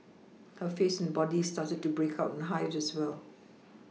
her face and body started to break out in hives as well